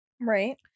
Right